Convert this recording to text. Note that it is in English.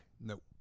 Nope